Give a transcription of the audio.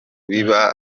biba